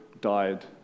died